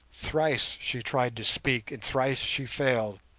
thrice she tried to speak and thrice she failed,